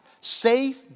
safe